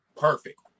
Perfect